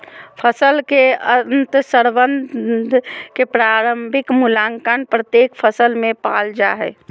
फसल के अंतर्संबंध के प्रारंभिक मूल्यांकन प्रत्येक फसल में पाल जा हइ